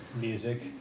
Music